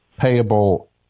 payable